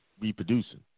reproducing